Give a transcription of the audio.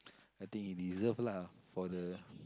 I think he deserve lah for the